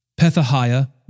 Pethahiah